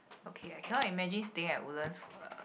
okay I cannot imagine staying at Woodlands for like uh